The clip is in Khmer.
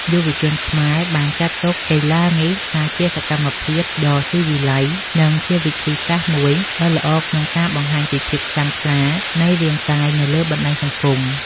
យុវជនខ្មែរបានចាត់ទុកកីឡានេះថាជាសកម្មភាពដ៏ស៊ីវិល័យ និងជាវិធីសាស្ត្រមួយដ៏ល្អក្នុងការបង្ហាញពីភាពខ្លាំងក្លានៃរាងកាយនៅលើបណ្ដាញសង្គម។